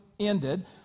ended